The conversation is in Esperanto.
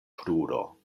kruro